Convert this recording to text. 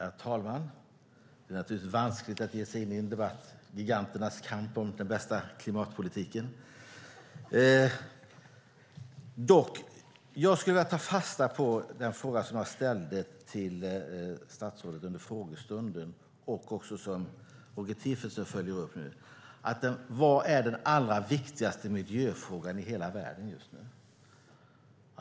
Herr talman! Det är naturligtvis vanskligt att ge sig in i en debatt som är giganternas kamp om den bästa klimatpolitiken. Jag skulle dock vilja ta fasta på den fråga som jag ställde till statsrådet under frågestunden och som Roger Tiefensee följer upp nu: Vilken är den allra viktigaste miljöfrågan i hela världen just nu?